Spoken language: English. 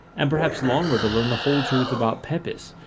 and perhaps longer to learn the whole truth about pepys,